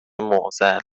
معضل